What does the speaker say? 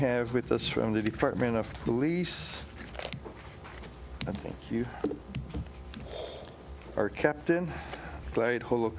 have with us from the department of police i think you are captain played ho